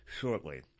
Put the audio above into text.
shortly